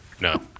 no